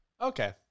Okay